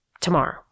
tomorrow